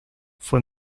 fue